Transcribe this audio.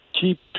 keep